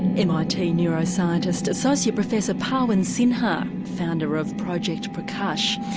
mit neuroscientist, associate professor pawan sinha, founder of project prakash.